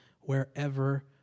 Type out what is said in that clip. wherever